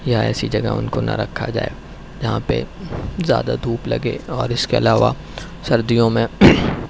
یا ایسی جگہ ان کو نہ رکھا جائے جہاں پہ زیادہ دھوپ لگے اور اس کے علاوہ سردیوں میں